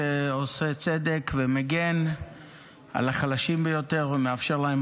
שעושה צדק ומגן על החלשים ביותר ומאפשר להם